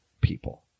people